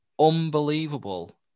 Unbelievable